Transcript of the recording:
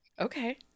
okay